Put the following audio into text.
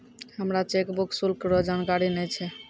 हमरा चेकबुक शुल्क रो जानकारी नै छै